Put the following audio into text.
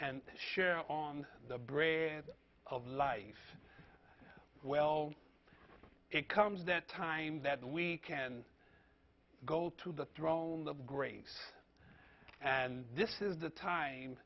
and share on the breath of life well it comes that time that we can go to the throne of grace and this is the time